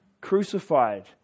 crucified